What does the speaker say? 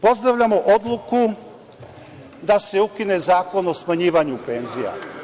Pozdravljamo odluku da se ukine Zakon o smanjivanju penzija.